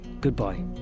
goodbye